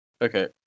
Okay